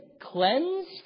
cleansed